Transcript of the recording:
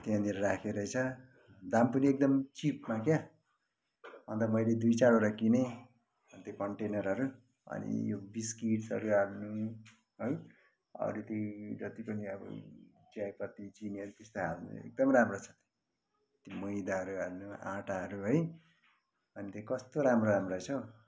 त्यहाँनिर राखिएको रहेछ दाम पनि एकदम चिपमा क्या अन्त मैले दुई चारवटा किनेँ अनि त्यो कन्टेनरहरू अनि यो बिस्कुटहरू राख्ने है अरू ती जति पनि अब चियापत्ती चिनीहरू त्यस्तो हाल्ने एकदमै राम्रो छ त्यो मैदाहरू हाल्नु आँटाहरू है अनि त्यहाँ कस्तो राम्रो राम्रो रहेछ हौ